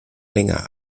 länger